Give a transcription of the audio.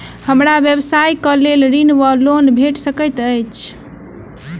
हमरा व्यवसाय कऽ लेल ऋण वा लोन भेट सकैत अछि?